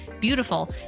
beautiful